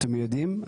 אתם יודעים,